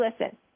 listen